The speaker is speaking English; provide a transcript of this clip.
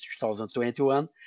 2021